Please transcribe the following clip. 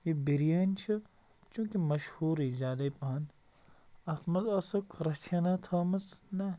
یہِ بِریٲنۍ چھِ چوٗنٛکہِ مشہوٗرٕے زیادَے پَہَن اَتھ منٛز ٲسٕکھ رَژھِ ہینا تھٲومٕژ نا